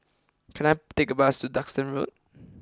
can I take a bus to Duxton Road